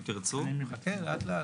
תודה רבה, אדוני.